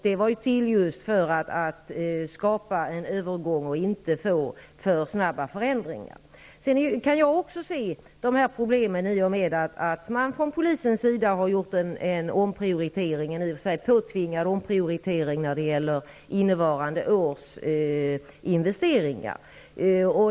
De kom till just för att skapa en övergång så att man inte skulle få för snabba förändringar. Jag kan också se problemen med att polisen har gjort en omprioritering, som i och för sig var påtvingad, när det gäller innevarande års investeringar.